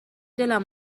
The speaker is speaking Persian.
دلم